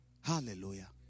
Hallelujah